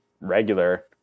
regular